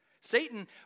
satan